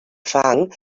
fang